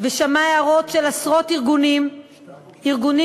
ושמעה הערות של עשרות ארגונים מקצועיים,